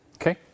Okay